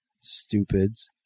Stupids